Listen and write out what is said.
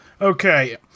Okay